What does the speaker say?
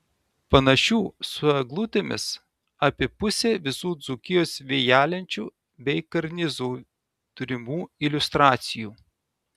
panašių su eglutėmis apie pusė visų dzūkijos vėjalenčių bei karnizų turimų iliustracijų